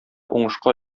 уңышка